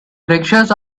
rickshaws